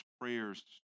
prayers